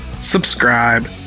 subscribe